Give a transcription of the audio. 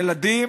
ילדים,